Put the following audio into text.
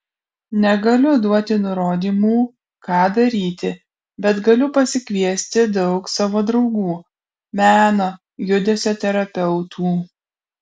negaliu duoti nurodymų ką daryti bet galiu pasikviesti daug savo draugų meno judesio terapeutų